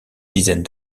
dizaine